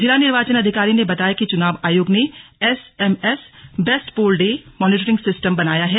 जिला निर्वाचन अधिकारी ने बताया कि चुनाव आयोग ने S M S based poll day monitoring system बनाया है